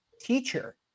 teacher